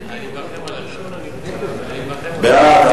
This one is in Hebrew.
בעד,